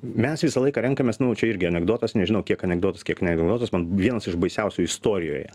mes visą laiką renkamės nu čia irgi anekdotas nežinau kiek anekdotas kiek ne anekdotas vienas iš baisiausių istorijoje